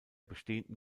bestehenden